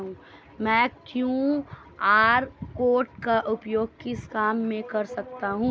मैं QR code का उपयोग किस काम में कर सकता हूं?